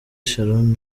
sharon